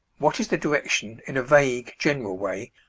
what is the direction, in a vague general way,